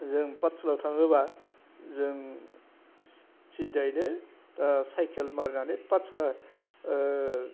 जों पातसालायाव थाङोब्ला जों सिदायैनो दा सायखेल मारिनानै पातसाला